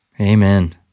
amen